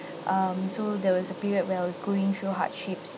um so there was a period where I was going through hardships